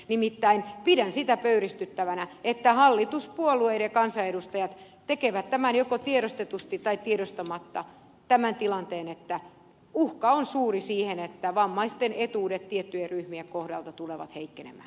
nimittäin pidän sitä pöyristyttävänä että hallituspuolueiden kansanedustajat tekevät joko tiedostetusti tai tiedostamatta tämän tilanteen että uhka on suuri siihen että vammaisten etuudet tiettyjen ryhmien kohdalta tulevat heikkenemään